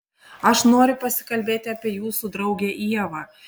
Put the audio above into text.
aš noriu pasikalbėti apie jūsų draugę ievą